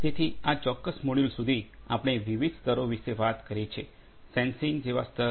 તેથી આ ચોક્કસ મોડ્યુલ સુધી આપણે વિવિધ સ્તરો વિશે વાત કરી છે સેન્સિંગ જેવા સ્તર